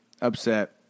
upset